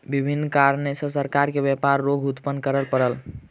विभिन्न कारण सॅ सरकार के व्यापार रोध उत्पन्न करअ पड़ल